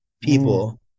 people